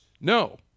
no